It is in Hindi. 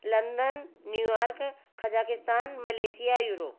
London New York Kazakhstan Malaysia Europe